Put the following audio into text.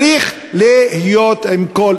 צריך להיות עם כל,